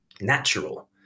natural